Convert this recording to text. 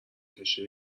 کشه